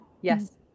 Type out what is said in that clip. Yes